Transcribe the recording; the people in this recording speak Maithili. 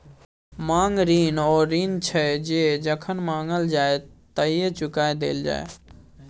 मांग ऋण ओ ऋण छै जे जखन माँगल जाइ तए चुका देल जाय